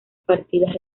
partidas